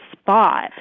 spot